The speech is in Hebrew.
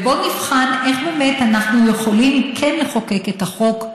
ובוא נבחן איך אנחנו באמת יכולים כן לחוקק את החוק,